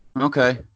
Okay